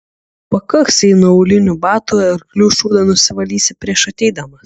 pakaks jei nuo aulinių batų arklių šūdą nusivalysi prieš ateidamas